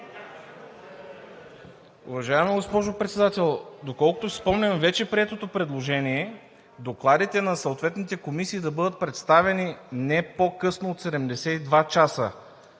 Уважаема госпожо Председател, доколкото си спомням вече приетото предложение – докладите на съответните комисии да бъдат представени не по-късно от 72 часа